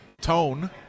tone